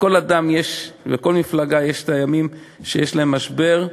לכל אדם, לכל מפלגה, יש ימים שהם במשבר,